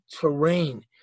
terrain